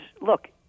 look